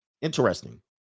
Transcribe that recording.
interesting